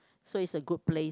so it's a good place